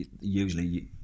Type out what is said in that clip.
usually